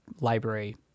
library